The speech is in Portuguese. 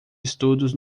estudos